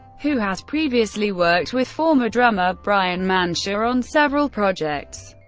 who has previously worked with former drummer bryan mantia on several projects,